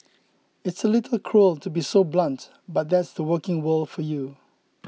it's a little cruel to be so blunt but that's the working world for you